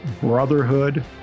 brotherhood